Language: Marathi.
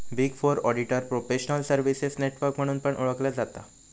big four auditor professional services network म्हणून पण ओळखला जाता